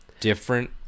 different